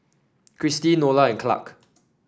Kristi Nola and Clarke